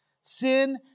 Sin